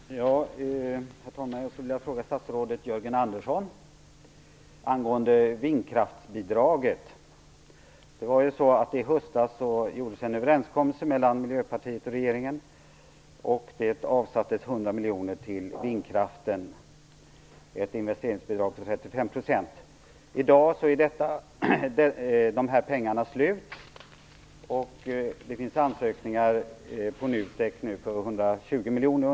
Herr talman! Jag skulle vilja ställa en fråga till statsrådet Jörgen Andersson angående vindkraftsbidraget. I höstas gjordes ju en överenskommelsen mellan Miljöpartiet och regeringen, och det avsattes 100 miljoner till vindkraften i form av ett investeringsbidrag på 35 %. I dag är de här pengarna slut, och det finns ansökningar hos NUTEK på ungefär 120 miljoner.